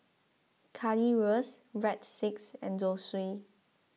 Currywurst Breadsticks and Zosui